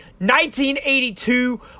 1982